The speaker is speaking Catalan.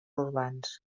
urbans